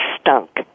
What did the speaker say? stunk